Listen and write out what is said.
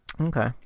okay